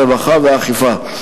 הרווחה והאכיפה.